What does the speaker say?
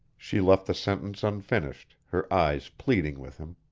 she left the sentence unfinished, her eyes pleading with him.